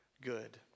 good